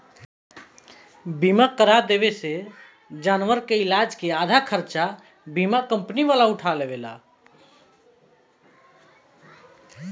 बीमा करा देवे से जानवर के इलाज के आधा खर्चा बीमा कंपनी उठावेला